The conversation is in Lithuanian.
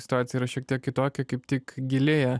situacija yra šiek tiek kitokia kaip tik gilėja